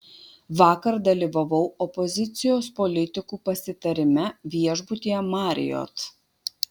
vakar dalyvavau opozicijos politikų pasitarime viešbutyje marriott